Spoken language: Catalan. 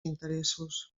interessos